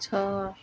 ଛଅ